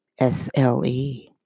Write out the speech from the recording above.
SLE